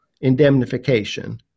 indemnification